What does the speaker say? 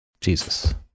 Jesus